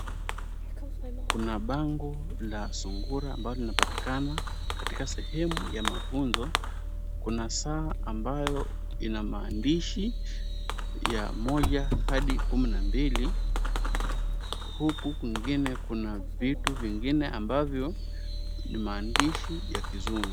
Kuna bango la sungura ambalo linapatikana katika sehemu ya mafunzo kuna saa ambayo ina maandishi ya moja hadi kumi na mbili, huku kwingine kuna vitu vingine ambavyo ni maandishi ya kizungu.